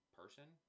person